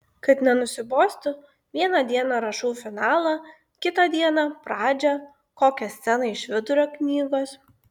kad nenusibostų vieną dieną rašau finalą kitą dieną pradžią kokią sceną iš vidurio knygos